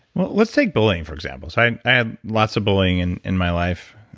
well, let's take bullying for example. so and i had lots of bullying and in my life.